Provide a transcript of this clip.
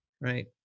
right